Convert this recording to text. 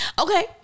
okay